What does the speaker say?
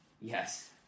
Yes